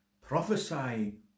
prophesy